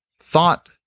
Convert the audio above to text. thought